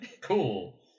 Cool